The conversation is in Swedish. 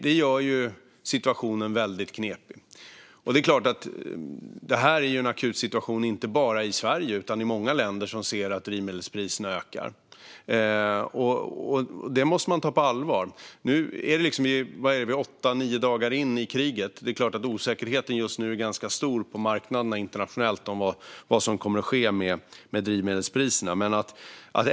Det gör situationen väldigt knepig. Det här är en akut situation inte bara i Sverige utan i många länder som ser att drivmedelspriserna ökar. Det måste man ta på allvar. Nu är vi åtta nio dagar in i kriget. Det är klart att osäkerheten just nu är ganska stor på marknaderna internationellt om vad som kommer att ske med drivmedelspriserna.